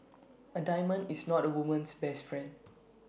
A diamond is not A woman's best friend